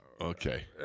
okay